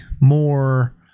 more